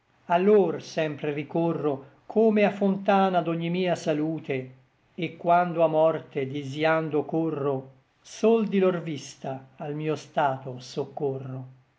llor sempre ricorro come a fontana d'ogni mia salute et quando a morte disïando corro sol di lor vista al mio stato soccorro